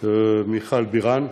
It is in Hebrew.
מיכל בירן,